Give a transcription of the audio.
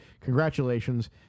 Congratulations